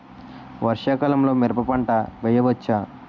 వర్షాకాలంలో మిరప పంట వేయవచ్చా?